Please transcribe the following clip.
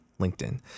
LinkedIn